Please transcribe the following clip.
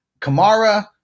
Kamara